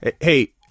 Hey